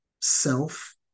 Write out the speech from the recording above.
self